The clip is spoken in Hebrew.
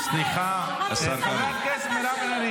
אז הוא שרף את התא שלו.